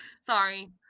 Sorry